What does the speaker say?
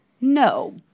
No